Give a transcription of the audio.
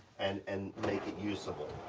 and and make it usable,